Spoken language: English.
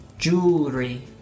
Jewelry